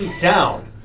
down